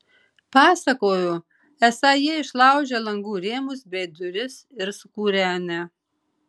pasakojo esą jie išlaužę langų rėmus bei duris ir sukūrenę